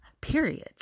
period